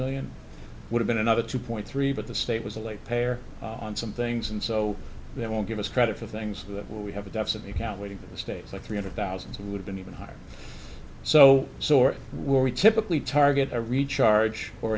million would have been another two point three but the state was a late payer on some things and so they won't give us credit for things that we have a deficit the account waiting for the states like three hundred thousand who have been even higher so sort where we typically target a recharge or